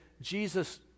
Jesus